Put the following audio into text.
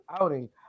outing